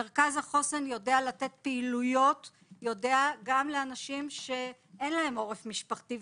מרכז החוסן יודע לתת פעילויות גם לאנשים שאין להם עורף משפחתי,